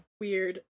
weird